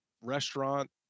restaurant